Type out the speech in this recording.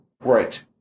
Right